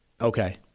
Okay